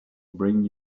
bring